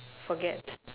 forget